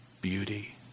beauty